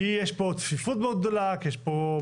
כי יש פה צפיפות מאוד גדולה וכו'.